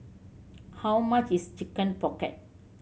how much is Chicken Pocket